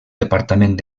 departament